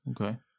okay